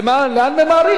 לאן ממהרים?